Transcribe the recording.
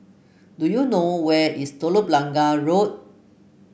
do you know where is Telok Blangah Road